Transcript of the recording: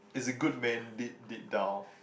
is a good man deep deep down